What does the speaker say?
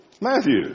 Matthew